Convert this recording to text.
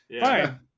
Fine